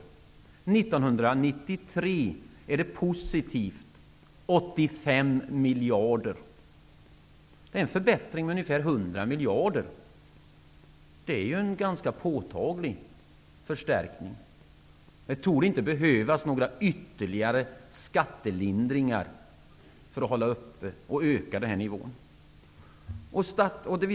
1993 är hushållssparandet positivt, plus 85 miljarder. Det är en förbättring med ungefär 100 miljarder. Det är ju en ganska påtaglig förstärkning. Det torde inte behövas några ytterligare skattelindringar för att bibehålla eller höja denna nivå.